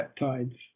peptides